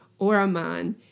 Oraman